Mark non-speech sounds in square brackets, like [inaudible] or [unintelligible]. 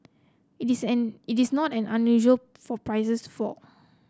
it is [unintelligible] it is not unusual for prices to fall